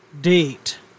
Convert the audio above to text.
date